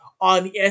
on